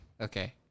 Okay